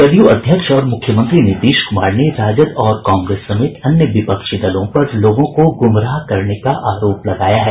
जदयू अध्यक्ष और मुख्यमंत्री नीतीश कुमार ने राजद और कांग्रेस समेत अन्य विपक्षी दलों पर लोगों को गुमराह करने का आरोप लगाया है